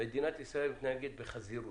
מדינת ישראל מתנהגת בחזירוּת.